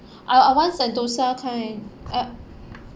I I want sentosa kind ugh